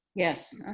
yes.